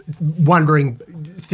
wondering